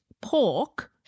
pork